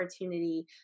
opportunity